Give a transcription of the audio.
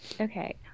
Okay